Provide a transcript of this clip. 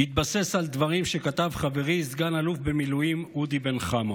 בהתבסס על דברים שכתב חברי סגן אלוף במיל' אודי בן חמו.